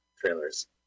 trailers